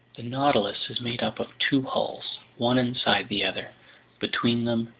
the nautilus is made up of two hulls, one inside the other between them,